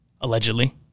allegedly